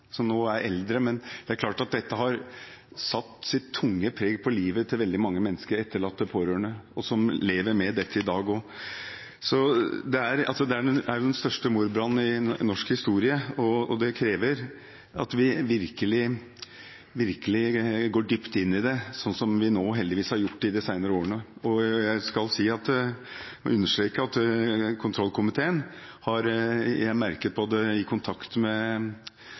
livet til veldig mange mennesker, etterlatte og pårørende, som lever med dette også i dag. Dette er den største mordbrannen i norsk historie, og det krever at vi virkelig går dypt inn i det, noe vi heldigvis har gjort i de senere årene. Jeg vil understreke at medlemmene i kontroll- og konstitusjonskomiteen – jeg har merket det både i kontakten med